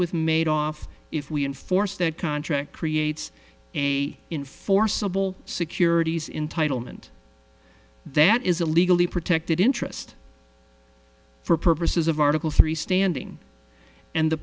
with made off if we enforce that contract creates a in forcible securities in title and that is a legally protected interest for purposes of article three standing and the